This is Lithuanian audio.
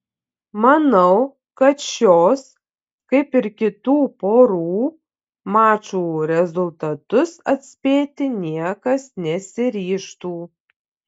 manau kad šios kaip ir kitų porų mačų rezultatus atspėti niekas nesiryžtų